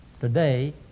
Today